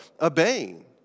obeying